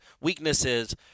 weaknesses